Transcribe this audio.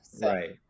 Right